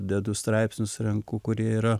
dedu straipsnius renku kurie yra